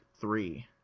three